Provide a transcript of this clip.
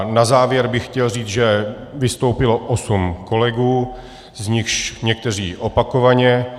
Na závěr bych chtěl říct, že vystoupilo osm kolegů, z nichž někteří opakovaně.